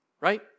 right